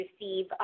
receive